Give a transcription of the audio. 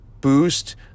boost